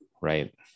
Right